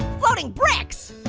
floating bricks?